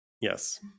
Yes